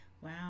wow